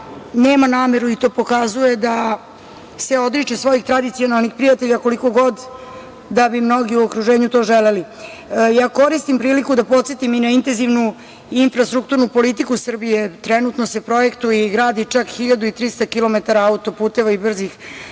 nema nameru, i to pokazuje, da se odriče svojih tradicionalnih prijatelja, koliko god da bi mnogi u okruženju to želeli. Koristim priliku da podsetim i na intenzivnu infrastrukturnu politiku Srbije. Trenutno se projektuje i gradi čak 1.300 kilometara auto-puteva i brzih